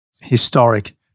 historic